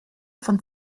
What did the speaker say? von